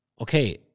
okay